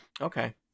Okay